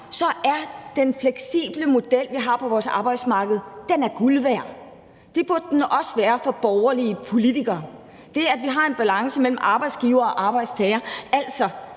mig er den fleksible model, vi har på vores arbejdsmarked, guld værd. Det burde den også være for borgerlige politikere. Vi har en balance mellem arbejdsgiver og arbejdstager, altså